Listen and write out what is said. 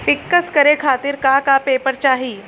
पिक्कस करे खातिर का का पेपर चाही?